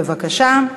בבקשה.